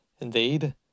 indeed